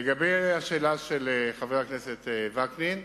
לגבי השאלה של חבר הכנסת וקנין,